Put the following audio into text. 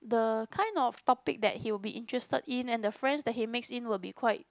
the kind of topic that he will be interested in and the friends he mix in will be quite